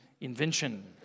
invention